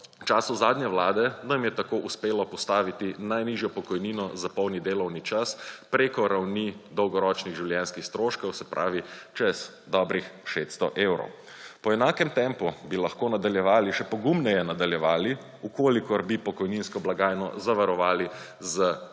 v času zadnje vlade nam je tako uspeli postaviti najnižjo pokojnino za polni delovni čas preko ravni dolgoročnih življenjskih stroškov, se pravi, čez dobrih 600 evrov. Po enakem tempu bi lahko nadaljevali, še pogumneje nadaljevali, v kolikor bi pokojninsko blagajno zavarovali z